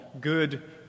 good